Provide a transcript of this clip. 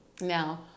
Now